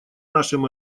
нашим